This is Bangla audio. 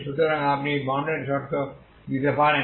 সুতরাং আপনি বাউন্ডারিশর্ত দিতে পারেন